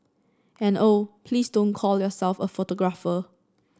and oh please don't call yourself a photographer